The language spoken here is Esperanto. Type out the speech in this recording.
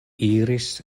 iris